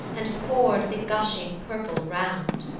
and pour'd the gushing purple round.